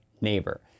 neighbor